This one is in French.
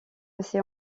assez